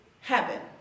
heaven